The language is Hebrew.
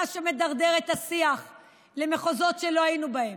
אתה, שמדרדר את השיח למחוזות שלא היינו בהם.